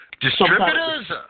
Distributors